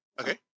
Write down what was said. Okay